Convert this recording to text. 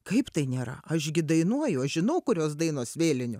kaip tai nėra aš gi dainuoju aš žinau kurios dainos vėlinių